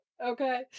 Okay